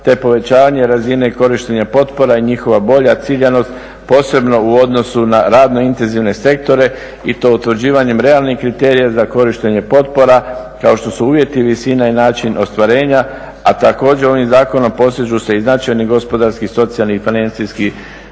te povećanje razine korištenja potpora i njihova bolja ciljanost, posebno u odnosu na radno intenzivne sektore i to utvrđivanjem realnih kriterija za korištenje potpora, kao što su uvjeti, visina i način ostvarenja, a također ovim zakonom postižu se i značajni gospodarski, socijalni i financijski